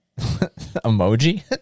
emoji